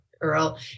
Earl